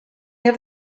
have